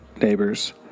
Neighbors